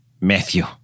Matthew